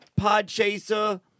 PodChaser